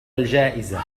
الجائزة